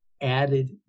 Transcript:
added